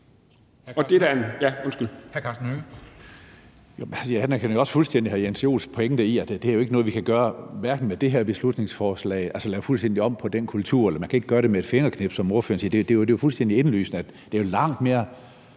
Karsten Hønge. Kl. 10:51 Karsten Hønge (SF): Jeg anerkender også fuldstændig hr. Jens Joels pointe, nemlig at det ikke er noget, vi kan gøre noget ved med det her beslutningsforslag, altså lave fuldstændig om på den kultur. Man kan ikke gøre det med et fingerknips, som ordføreren siger. Det er jo fuldstændig indlysende, at det er en massiv